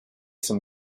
some